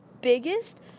biggest